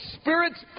Spirit's